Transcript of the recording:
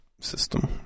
system